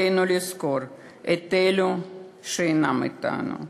עלינו לזכור את אלה שאינם אתנו,